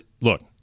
Look